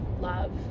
love